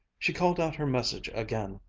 she called out her message again,